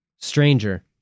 Stranger